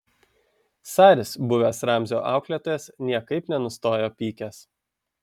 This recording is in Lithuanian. saris buvęs ramzio auklėtojas niekaip nenustojo pykęs